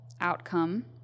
outcome